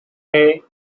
hey